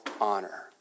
honor